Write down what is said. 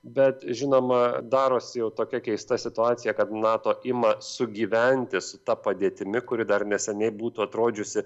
bet žinoma darosi jau tokia keista situacija kad nato ima sugyventi su ta padėtimi kuri dar neseniai būtų atrodžiusi